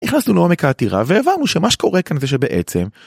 נכנסנו לעומק העתירה והבנו שמה שקורה כאן זה שבעצם